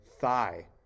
thigh